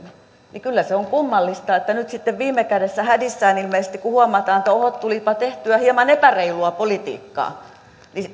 tulonjakovaikutuksia kyllä se on kummallista että nyt sitten viime kädessä hädissään ilmeisesti kun huomataan että oho tulipa tehtyä hieman epäreilua politiikkaa